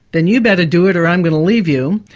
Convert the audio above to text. then you'd better do it, or i'm going to leave you'.